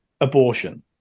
abortion